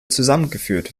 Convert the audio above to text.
zusammengeführt